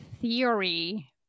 theory